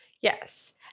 Yes